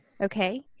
okay